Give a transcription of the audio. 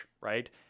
right